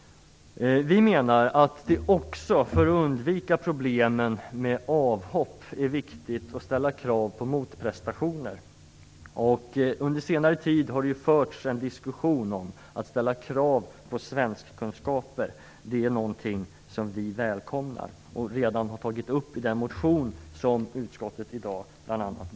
Vi menar att det också för undvikande av problemen med avhopp är viktigt att ställa krav på motprestationer. Det har under senare tid förts en diskussion om att ställa krav på svenskkunskaper. Det är någonting som vi välkomnar och redan har tagit upp i en motion som utskottet har behandlat.